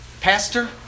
Pastor